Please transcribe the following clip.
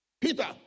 Peter